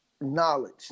knowledge